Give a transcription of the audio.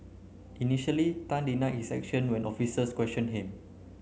initially Tan denied his action when officers questioned him